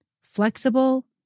flexible